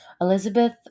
Elizabeth